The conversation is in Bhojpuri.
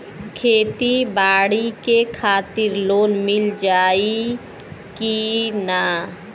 खेती बाडी के खातिर लोन मिल जाई किना?